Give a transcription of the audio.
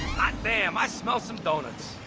hot damn. i smell some doughnuts.